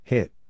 Hit